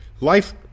life